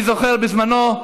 אני זוכר בזמנו,